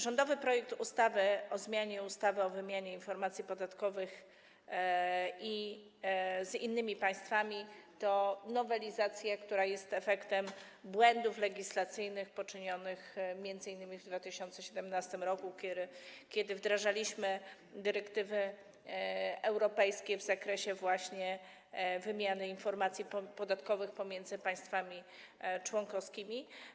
Rządowy projekt ustawy o zmianie ustawy o wymianie informacji podatkowych z innymi państwami to nowelizacja, która jest efektem błędów legislacyjnych popełnionych m.in. w 2017 r., kiedy wdrażaliśmy dyrektywy europejskie w zakresie właśnie wymiany informacji podatkowych pomiędzy państwami członkowskimi.